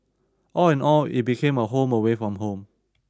all in all it became a home away from home